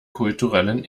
kulturellen